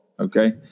Okay